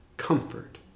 comfort